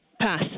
Pass